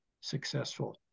successful